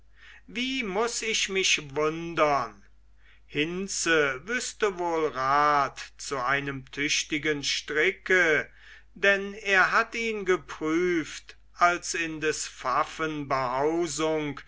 wie muß ich mich wundern hinze wüßte wohl rat zu einem tüchtigen stricke denn er hat ihn geprüft als in des